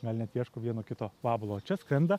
gal net ieško vieno kito vabalo čia skrenda